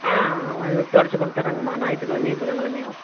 ஆ வந்து துடச்சி கொடுத்துர்றோங்கம்மா ஞாயிற்று கிழமையும் புதன் கிழமையும்